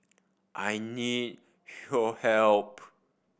I need help